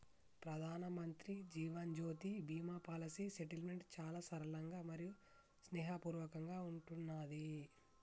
ప్రధానమంత్రి Jeevan Jyoti Bima policy settlement చాలా సరళంగా మరియు స్నేహపూర్వకంగా ఉంటున్నాది